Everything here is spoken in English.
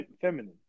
feminine